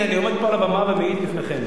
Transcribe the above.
אני עומד פה על הבמה ומעיד בפניכם,